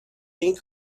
این